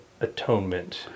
atonement